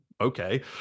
Okay